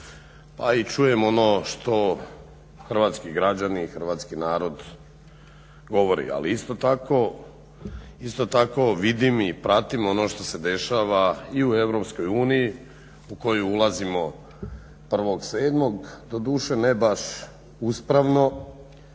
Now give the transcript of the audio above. a i čujem ono što hrvatski građani i hrvatski narod govori, ali isto tako vidim i pratim ono što se dešava i u Europskoj uniji u koju ulazimo 1.7., doduše ne baš uspravno